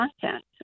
content